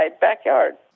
backyard